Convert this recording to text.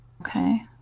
Okay